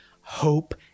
Hope